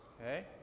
okay